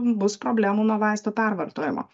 bus problemų nuo vaistų pervartojimo